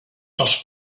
dels